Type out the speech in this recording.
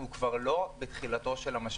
אנחנו כבר לא בתחילת המשבר.